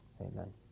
Amen